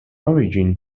origin